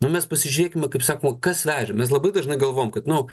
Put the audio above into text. nu mes pasižiūrėkime kaip sakoma kas vežė mes labai dažnai galvojam kad nu